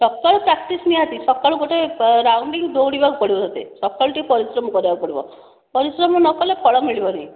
ସକାଳୁ ପ୍ରାକ୍ଟିସ୍ ନିହାତି ସକାଳୁ ଗୋଟେ ରାଉଣ୍ଡ ଭି ଦୌଡ଼ିବାକୁ ପଡ଼ିବ ତୋତେ ସକାଳୁ ଟିକେ ପରିଶ୍ରମ କରିବାକୁ ପଡ଼ିବ ପରିଶ୍ରମ ନ କରିଲେ ଫଳ ମିଳିବନି